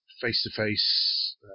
face-to-face